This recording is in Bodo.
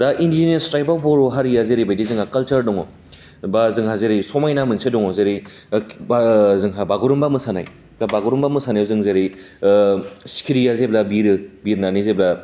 दा इन्डिजियास ट्राइपआव बर' हारिया जेरैबायदि जोंहा कालचार दं बा जोंहा जेरै समायना मोनसे दं जेरै बा जोंहा बागुरुम्बा मोसानाय दा बागुरुम्बा मोसानाया जोंनि थाखाय सिखिरिया जेब्ला बिरो बिरनानै जेब्ला